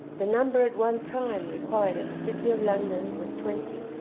the number at one time required of the city of london was twenty.